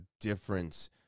difference